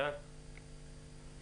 חברת הכנסת כהנא, בבקשה.